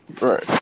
Right